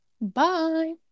Bye